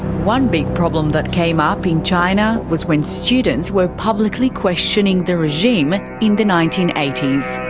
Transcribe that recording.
one big problem that came up in china was when students were publically questioning the regime in the nineteen eighty s.